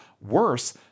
Worse